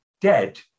dead